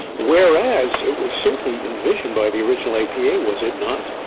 whereas, it was certainly envisioned by the original apa, was it not,